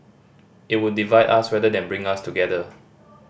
it would divide us rather than bring us together